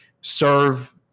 serve